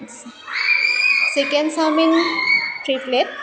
chicken chow mein three plate